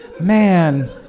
man